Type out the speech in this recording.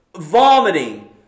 vomiting